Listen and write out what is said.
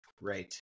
Right